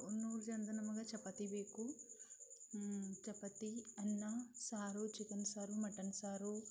ನೂರು ಜನದ್ದು ನಮ್ಗೆ ಚಪಾತಿ ಬೇಕು ಚಪಾತಿ ಅನ್ನ ಸಾರು ಚಿಕನ್ ಸಾರು ಮಟನ್ ಸಾರು